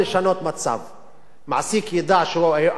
מעסיק ידע שהוא עלול להיות חשוף לתביעות